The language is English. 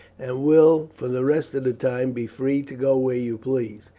and will for the rest of the time be free to go where you please.